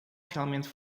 realmente